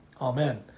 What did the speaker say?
Amen